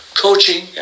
coaching